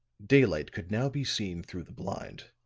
daylight could now be seen through the blind